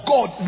God